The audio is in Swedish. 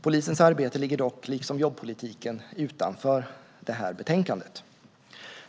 Polisens arbete ligger dock, liksom jobbpolitiken, utanför ramen för detta betänkande.